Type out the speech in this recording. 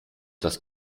das